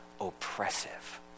oppressive